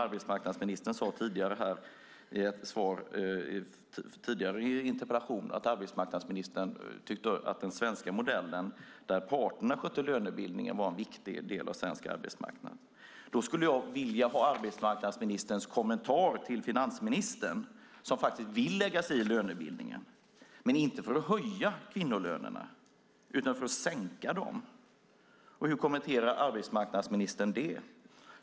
Arbetsmarknadsministern sade i ett tidigare interpellationssvar i dag att hon tycker att den svenska modellen där parterna sköter lönebildningen är en viktig del av den svenska arbetsmarknaden. Då skulle jag vilja ha arbetsmarknadsministerns kommentar till finansministern som faktiskt vill lägga sig i lönebildningen, men inte för att höja kvinnolönerna utan för att sänka dem. Hur kommenterar arbetsmarknadsministern det?